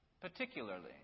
particularly